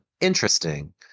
interesting